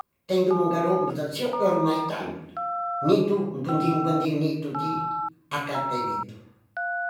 Tengtemukado besasio peramaetan nitu mpenting-mpenting nituti akad bewito.